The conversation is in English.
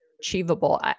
Achievable